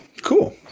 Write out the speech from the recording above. cool